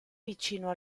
vicino